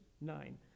nine